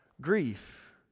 grief